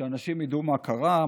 שאנשים ידעו מה קרה,